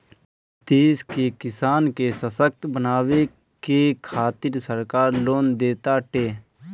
देश के किसान के ससक्त बनावे के खातिरा सरकार लोन देताटे